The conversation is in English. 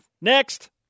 Next